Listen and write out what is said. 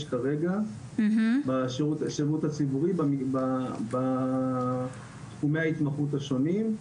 כרגע בשירות הציבורי בתחומי ההתמחות השונים,